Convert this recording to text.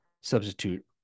substitute